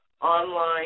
online